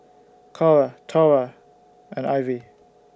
Cora Tory and Ivy